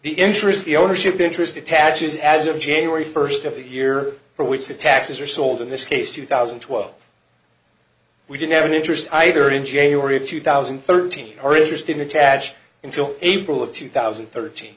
the interest the ownership interest attaches as of january first of the year for which the taxes are sold in this case two thousand and twelve we didn't have an interest either in january of two thousand and thirteen our interest in attach until april of two thousand and thirteen